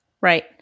Right